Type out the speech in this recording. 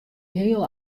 heel